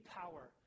power